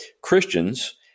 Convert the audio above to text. Christians